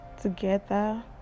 together